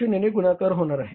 20 ने गुणाकार होणार आहे